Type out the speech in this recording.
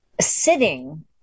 sitting